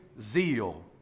zeal